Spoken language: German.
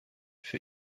für